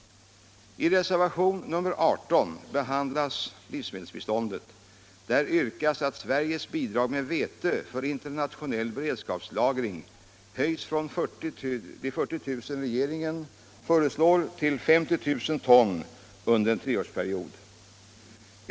I reservationen 18 behandlas livsmedelsbiståndet. Där vrkas att Sveriges bidrag med vete för internationell beredskapslagring höjs från de 40 000 ton som regeringen föreslår till 50 000 ton under en treårsperiod.